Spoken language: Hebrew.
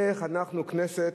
איך אנחנו, הכנסת,